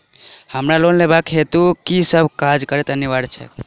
हमरा लोन लेबाक हेतु की सब कागजात अनिवार्य छैक?